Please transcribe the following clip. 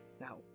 Now